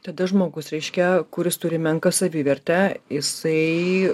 tada žmogus reiškia kuris turi menką savivertę jisai